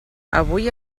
avui